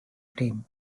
team